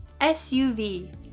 SUV